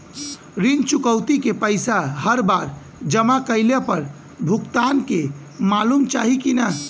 ऋण चुकौती के पैसा हर बार जमा कईला पर भुगतान के मालूम चाही की ना?